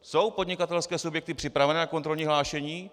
Jsou podnikatelské subjekty připraveny na kontrolní hlášení?